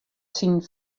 syn